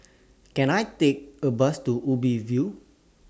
Can I Take A Bus to Ubi View